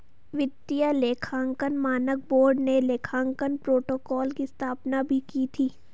वित्तीय लेखांकन मानक बोर्ड ने लेखांकन प्रोटोकॉल की स्थापना भी की थी